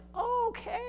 okay